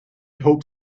hope